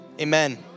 amen